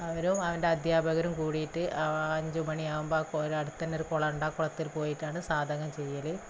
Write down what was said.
അവരും അവന്റെ അധ്യാപകരും കൂടിയിട്ട് അഞ്ചുമണിയാകുമ്പോൾ അടുത്തു തന്നെ ഒരു കുളമുണ്ട് ആ കുളത്തില് പോയിട്ടാണ് സാധകം ചെയ്യൽ